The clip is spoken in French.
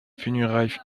funérailles